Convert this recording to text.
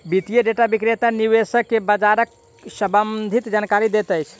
वित्तीय डेटा विक्रेता निवेशक के बजारक सम्भंधित जानकारी दैत अछि